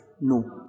No